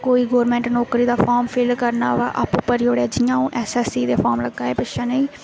कोई गौरमैंट नौकरी दा फार्म फिल करना होऐ आपूं भरी ओड़ेआ जियां हून एस एस सी दे फार्म लगा दे पिच्छे नेही